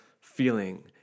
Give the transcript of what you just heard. feeling